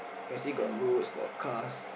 especially got roads got cars